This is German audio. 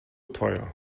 teuer